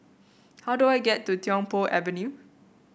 how do I get to Tiong Poh Avenue